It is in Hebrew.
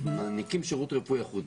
מעניקים שירות רפואי אחוד.